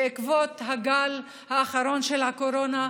בעקבות הגל האחרון של הקורונה,